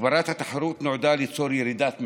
הגברת התחרות נועדה ליצור ירידת מחירים,